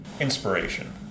Inspiration